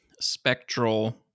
spectral